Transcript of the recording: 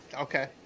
Okay